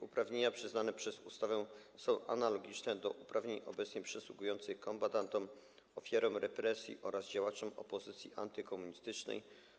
Uprawnienia przyznane przez ustawę są analogiczne do uprawnień obecnie przysługujących kombatantom, ofiarom represji oraz działaczom opozycji antykomunistycznej.